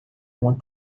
uma